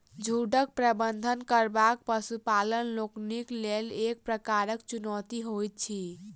झुंडक प्रबंधन करब पशुपालक लोकनिक लेल एक प्रकारक चुनौती होइत अछि